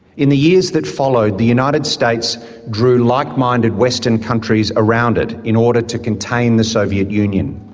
in the years that followed, the united states drew like-minded western countries around it in order to contain the soviet union.